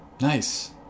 nice